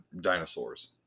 dinosaurs